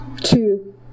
two